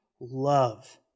love